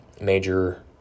major